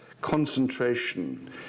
concentration